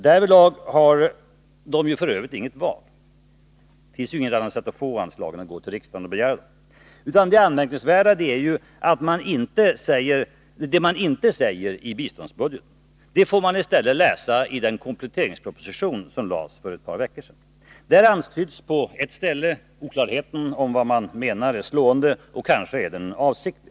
Därvidlag har den f. ö. inget val. Det finns ju inget annat sätt att få anslag än att gå till riksdagen och begära dem. Vad som är anmärkningsvärt är i stället vad som inte sägs i biståndsbudgeten. Det får man däremot läsa i den kompletteringsproposition som framlades för ett par veckor sedan. På ett ställe antyds oklarheten om vad man menar är slående, och kanske är det avsiktligt.